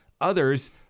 Others